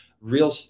real